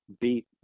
beat